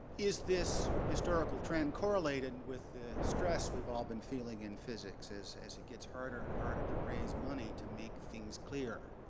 is this historical trend correlated with the stress we've all been feeling in physics, as as it gets harder and harder to raise money to make things clear?